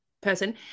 person